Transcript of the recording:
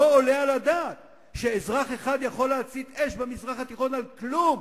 לא עולה על הדעת שאזרח אחד יכול להצית אש במזרח התיכון על כלום.